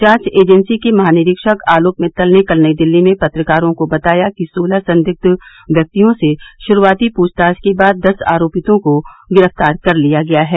जांच एजेंसी के महानिरीक्षक आलोक मित्तल ने कल नई दिल्ली में पत्रकारों को बताया कि सोलह संदिग्ध व्यक्तियों से श्रूआती पृष्ठताछ के बाद दस आरोपियों को गिरफ्तार कर लिया गया है